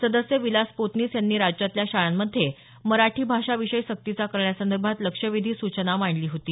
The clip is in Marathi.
सदस्य विलास पोतनीस यांनी राज्यातल्या शाळांमध्ये मराठी भाषा विषय सक्तीचा करण्यासंदर्भात लक्षवेधी सूचना मांडली होती